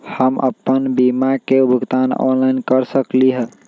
हम अपन बीमा के भुगतान ऑनलाइन कर सकली ह?